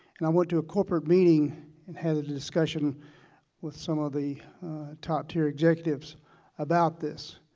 and i went to a corporate meeting and had a discussion with some of the top-tier executives about this,